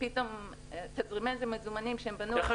ופתאום תזרימי המזומנים שהם --- איך